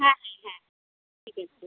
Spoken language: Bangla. হ্যাঁ হ্যাঁ হ্যাঁ ঠিক আছে